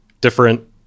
different